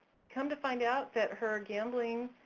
come to find out that her gambling